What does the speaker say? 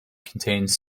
contains